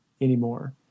anymore